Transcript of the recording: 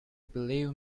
believe